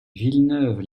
villeneuve